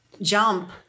jump